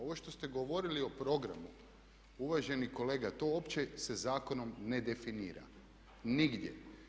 Ovo što ste govorili o programu uvaženi kolega tu uopće se zakonom ne definira, nigdje.